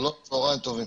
שלום וצהריים טובים.